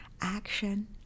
Action